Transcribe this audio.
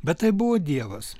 bet tai buvo dievas